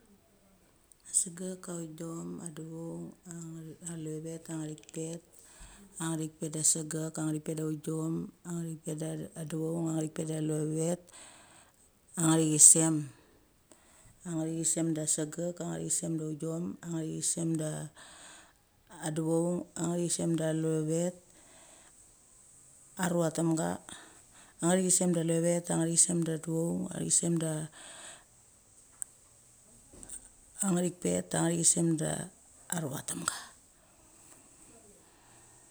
A segek, aungom, a devaung, a levavet, angthitpet, angthipet de segek, angthitpet de aungom, angthipet da devaung, anthitpet de levavet, angthitisem. Angthi sem de segak, anthit isem de aungom, angthit isem de adevaung, angthit sem de leva vet arucha temga, angthit isem da alavavet. angthisem da aevoung angthisim da angthitpet angthit isem de aruchatemga.